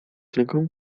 ręką